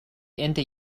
into